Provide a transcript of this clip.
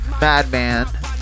madman